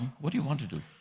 what do you want to do?